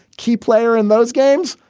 key player in those games,